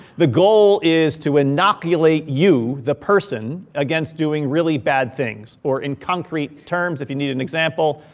the goal is to inoculate you the person against doing really bad things. or in concrete terms if you need an example,